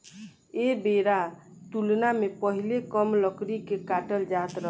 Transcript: ऐ बेरा तुलना मे पहीले कम लकड़ी के काटल जात रहे